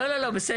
לא, לא, בסדר.